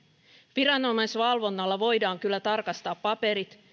viranomaisvalvonnalla voidaan kyllä tarkastaa paperit